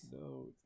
No